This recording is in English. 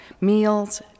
meals